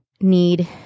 need